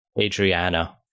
Adriana